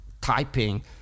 typing